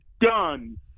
done